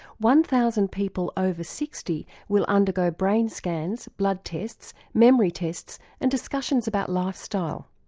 one thousand people over sixty will undergo brain scans, blood tests, memory tests and discussions about lifestyle.